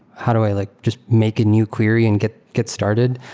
how do i like just make a new query and get get started?